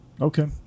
okay